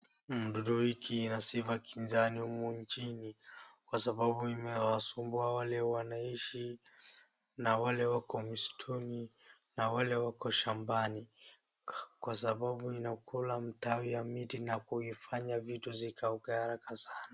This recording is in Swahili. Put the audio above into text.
Mdudu hii ina sifa kinzani humu nchini kwa sababu imewasumbua wale wanaishi na wale wako msituni, na wale wako shambani kwa sababu inakula matawi ya miti na kufanya vitu zikauke haraka sana.